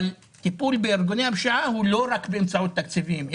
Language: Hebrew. אבל טיפול בארגוני הפשיעה הוא לא רק באמצעות תקציבים.